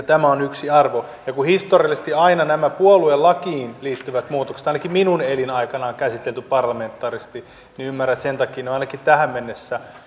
tämä on yksi arvo kun historiallisesti aina nämä puoluelakiin liittyvät muutokset ainakin minun elinaikanani on käsitelty parlamentaarisesti niin ymmärrän että sen takia ne ovat ainakin tähän mennessä